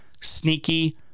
sneaky